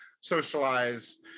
socialize